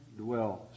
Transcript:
dwells